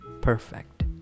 perfect